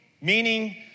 meaning